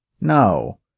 No